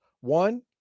One